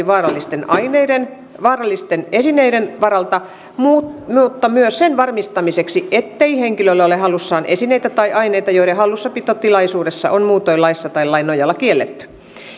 vaarallisten aineiden vaarallisten esineiden varalta mutta myös sen varmistamiseksi ettei henkilöllä ole hallussaan esineitä tai aineita joiden hallussapito tilaisuudessa on muutoin laissa tai lain nojalla kielletty